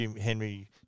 Henry